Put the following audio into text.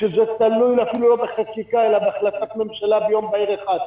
כשזה תלוי אפילו לא בחקיקה אלא בהחלטת ממשלה ביום בהיר אחד.